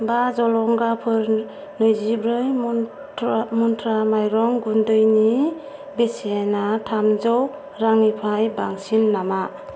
बा जलंगाफोर नैजिब्रै मनत्रा माइरं गुन्दैनि बेसेना थामजौ रांनिफ्राय बांसिन नामा